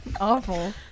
Awful